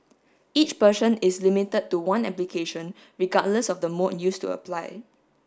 each person is limited to one application regardless of the mode used to apply